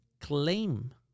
claim